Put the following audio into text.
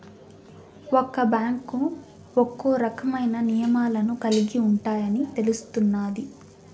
ఒక్క బ్యాంకు ఒక్కో రకమైన నియమాలను కలిగి ఉంటాయని తెలుస్తున్నాది